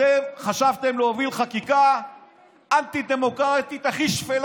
אתם חשבתם להוביל חקיקה אנטי-דמוקרטית הכי שפלה